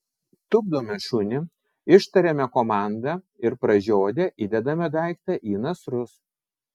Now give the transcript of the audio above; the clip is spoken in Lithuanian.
tupdome šunį ištariame komandą ir pražiodę įdedame daiktą į nasrus